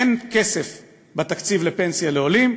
אין כסף בתקציב לפנסיה לעולים,